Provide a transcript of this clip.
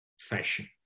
fashion